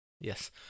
Yes